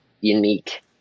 unique